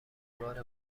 بار